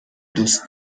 دوست